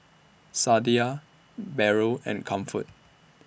Sadia Barrel and Comfort